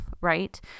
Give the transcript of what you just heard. right